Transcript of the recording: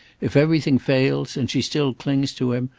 if everything fails and she still clings to him,